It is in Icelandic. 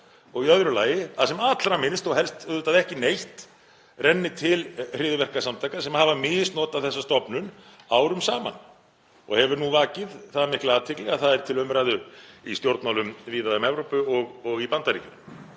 og í í öðru lagi að sem allra minnst og helst auðvitað ekki neitt renni til hryðjuverkasamtaka sem hafa misnotað þessa stofnun árum saman og hefur núna vakið það mikla athygli að það er til umræðu í stjórnmálum víða um Evrópu og í Bandaríkjunum?